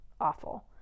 Awful